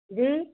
जी